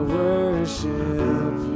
worship